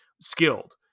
skilled